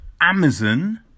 Amazon